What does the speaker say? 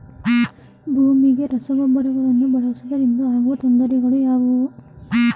ಭೂಮಿಗೆ ರಸಗೊಬ್ಬರಗಳನ್ನು ಬಳಸುವುದರಿಂದ ಆಗುವ ತೊಂದರೆಗಳು ಯಾವುವು?